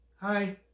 hi